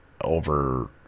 over